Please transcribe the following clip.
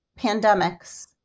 pandemics